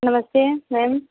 नमस्ते मैम